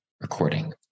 recording